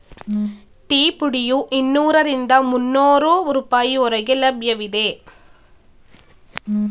tea ಪುಡಿಯು ಇನ್ನೂರರಿಂದ ಮುನ್ನೋರು ರೂಪಾಯಿ ಹೊರಗೆ ಲಭ್ಯವಿದೆ